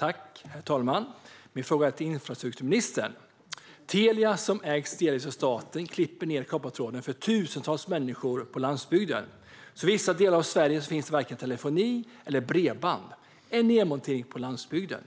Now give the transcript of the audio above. Herr talman! Min fråga är till infrastrukturministern. Telia, som delvis ägs av staten, klipper ned koppartråden för tusentals människor på landsbygden. I vissa delar av Sverige finns det varken telefoni eller bredband. Det är en nedmontering på landsbygden.